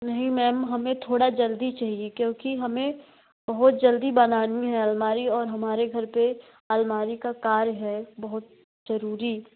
नहीं मैम हमें थोड़ा जल्दी चाहिए क्योंकि हमें बहुत जल्दी बनानी है अलमारी और हमारे घर पर आलमारी का कार्य है बहुत ज़रूरी